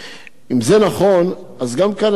אז גם כאן אני לא בטוח שמדובר בדבר ראוי.